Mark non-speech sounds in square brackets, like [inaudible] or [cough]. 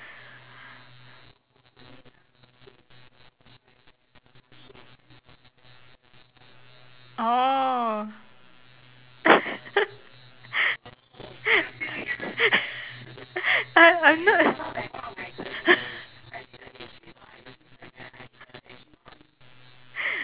orh [laughs] I'm I'm not a [laughs]